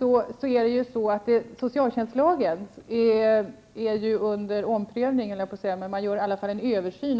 En översyn görs nu av socialtjänstlagen.